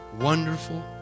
wonderful